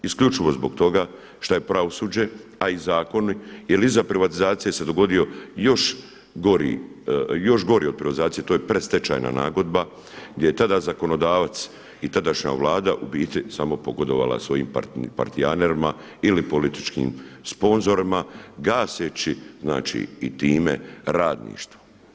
Isključivo zbog toga što je pravosuđe a i zakoni, je li iza privatizacije se dogodio još gori, još gori od privatizacije, to je predstečajna nagodba gdje je tada zakonodavac i tadašnja Vlada u biti samo pogodovala svojim partijanerima ili političkim sponzorima gaseći znači i time radništvo.